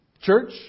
Church